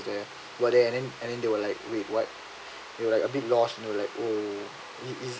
were there and they were like wait what they were like a bit lost and they were like oh